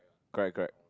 correct correct